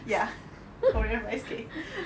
ya korean rice cake